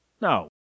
No